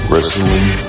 Wrestling